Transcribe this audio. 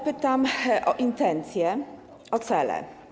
Pytam o intencje, o cele.